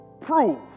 prove